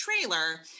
trailer